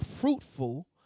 fruitful